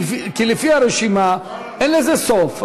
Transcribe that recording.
כי לפי הרשימה אין לזה סוף.